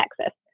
Texas